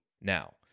now